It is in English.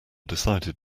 decided